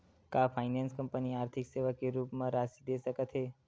का finance company आर्थिक सेवा के रूप म राशि दे सकत हे?